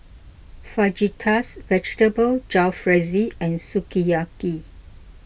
Fajitas Vegetable Jalfrezi and Sukiyaki